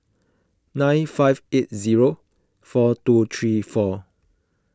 nine five eight zero four two three four